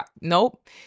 Nope